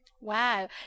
Wow